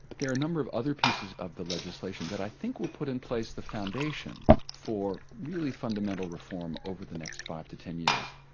there are a number of other pieces of the legislation that i think will put in place the foundation for really fundamental reform over the next five to ten years.